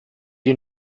you